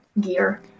gear